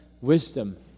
wisdom